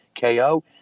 KO